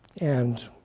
and